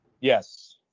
Yes